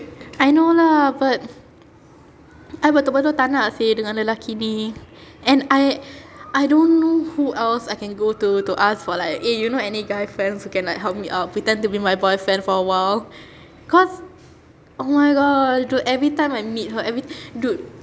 I know lah but I betul-betul tak nak seh dengan lelaki ni and I I don't know who else I can go to to ask for like eh you know any guy friends who can like help me out pretend to be my boyfriend for a while cause oh my god everytime I meet her every dude